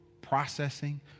processing